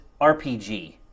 rpg